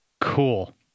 Cool